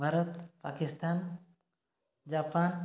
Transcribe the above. Bharat Pakistan Japan